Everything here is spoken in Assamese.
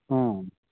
অঁ